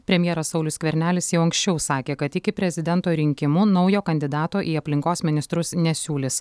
premjeras saulius skvernelis jau anksčiau sakė kad iki prezidento rinkimų naujo kandidato į aplinkos ministrus nesiūlys